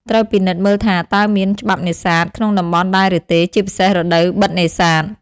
ត្រូវពិនិត្យមើលថាតើមាន ច្បាប់នេសាទ ក្នុងតំបន់ដែរឬទេ ជាពិសេសរដូវបិទនេសាទ។